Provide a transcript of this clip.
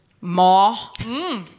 maw